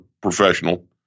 professional